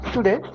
Today